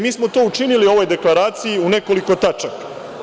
Mi smo to učinili u ovoj deklaraciji u nekoliko tačaka.